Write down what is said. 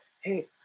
hey